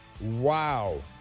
Wow